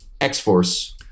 X-Force